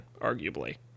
arguably